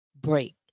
break